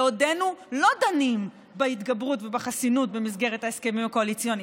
בעודנו לא דנים בהתגברות ובחסינות במסגרת ההסכמים הקואליציוניים,